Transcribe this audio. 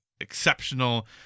Exceptional